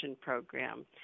program